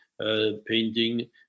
painting